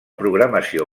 programació